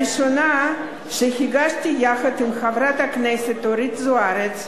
הראשונה, שהגשתי יחד עם חברת הכנסת אורית זוארץ,